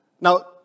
Now